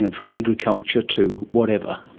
and from agriculture to whatever.